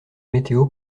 météo